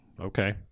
okay